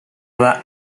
that